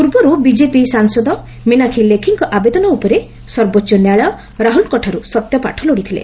ପୂର୍ବରୁ ବିଜେପି ସାଂସଦ ମିନାକ୍ଷୀ ଲେଖିଙ୍କ ଆବେଦନ ଉପରେ ସର୍ବୋଚ୍ଚ ନ୍ୟାୟାଳୟ ରାହୁଲ୍ଙ୍କଠାରୁ ସତ୍ୟପାଠ ଲୋଡ଼ିଥିଲେ